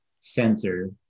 sensor